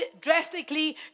drastically